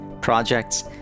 projects